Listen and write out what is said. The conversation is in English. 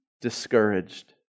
discouraged